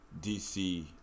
DC